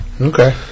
Okay